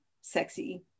sexy